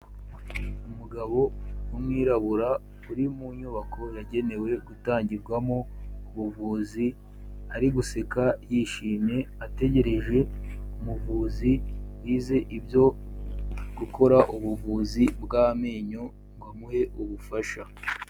Umugabo w'umwirabura uri mu nyubako yagenewe gutangirwamo ubuvuzi, ari guseka yishimye ategereje umuvuzi wize ibyo gukora ubuvuzi bw' amenyo ngo amuhe ubufasha.